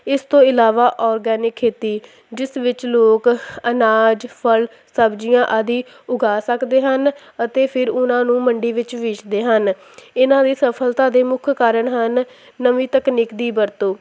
ਇਸ ਤੋਂ ਇਲਾਵਾ ਔਰਗੈਨਿਕ ਖੇਤੀ ਜਿਸ ਵਿੱਚ ਲੋਕ ਅਨਾਜ ਫਲ ਸਬਜ਼ੀਆਂ ਆਦਿ ਉਗਾ ਸਕਦੇ ਹਨ ਅਤੇ ਫਿਰ ਉਹਨਾਂ ਨੂੰ ਮੰਡੀ ਵਿੱਚ ਵੇਚਦੇ ਹਨ ਇਹਨਾਂ ਦੀ ਸਫਲਤਾ ਦੇ ਮੁੱਖ ਕਾਰਨ ਹਨ ਨਵੀਂ ਤਕਨੀਕ ਦੀ ਵਰਤੋਂ